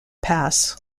pass